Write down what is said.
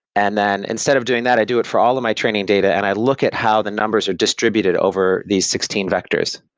and then instead of doing that, i do it for all of my training data and i look at how the numbers are distributed distributed over these sixteen vectors.